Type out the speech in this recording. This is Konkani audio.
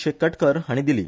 शेकटकर हाणी दिली